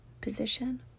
position